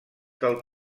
del